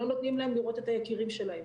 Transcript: לא נותנים להם לראות את היקירים שלהם.